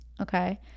okay